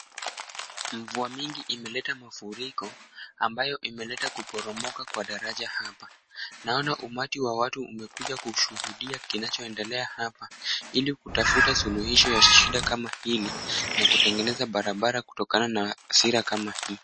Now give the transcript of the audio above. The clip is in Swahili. Mvua mingi imeleta mafuriko ambayo imeleta kuporomoka kwa daraja hapa. Naona umati wa watu umekuja kushuhudia kinachoendelea hapa ili kutafuta suluhisho la shida kama hili, ni kutengeneza barabara kutokana na hasira kama hili.